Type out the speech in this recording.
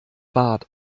bart